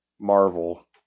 Marvel